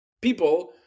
people